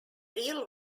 real